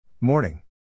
Morning